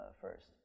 first